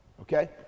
Okay